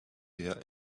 her